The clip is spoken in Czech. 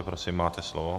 Prosím, máte slovo.